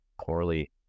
poorly